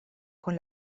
con